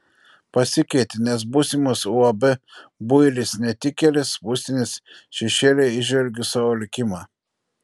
pasikeitė nes būsimos uab builis netikėlis būstinės šešėlyje įžvelgiu savo likimą